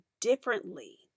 differently